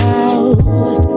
out